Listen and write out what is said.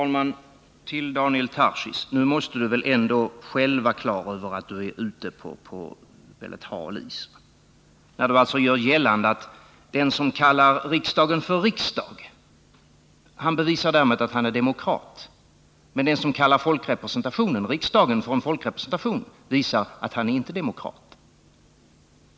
Herr talman! Daniel Tarschys måste väl ändå själv vara klar över att han är ute på mycket hal is när han gör gällande att den som kallar riksdagen för riksdag därmed bevisar att han är demokrat men att den som kallar riksdagen för en folkrepresentation visar att han inte är demokrat.